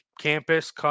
campus